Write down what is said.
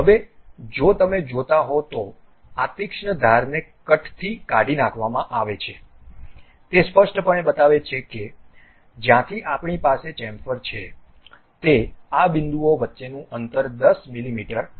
હવે જો તમે જોતા હો તો આ તીક્ષ્ણ ધારને કટ થી કાઢી નાખવામાં આવે છે તે સ્પષ્ટપણે બતાવે છે કે જ્યાંથી આપણી પાસે ચેમ્ફર છે તે આ બિંદુઓ વચ્ચેનું અંતર 10 મીમી અને 10 મીમી છે